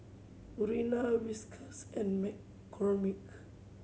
Purina Whiskas and McCormick